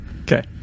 Okay